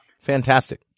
Fantastic